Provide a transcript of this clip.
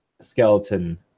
skeleton